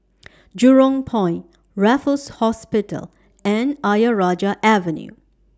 Jurong Point Raffles Hospital and Ayer Rajah Avenue